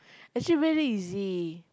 actually very easy